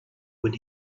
when